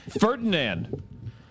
Ferdinand